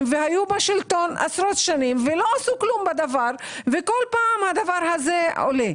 והיו בשלטון עשרות שנים ולא עשו כלום בדבר וכל פעם הדבר הזה עולה.